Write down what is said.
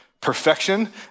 Perfection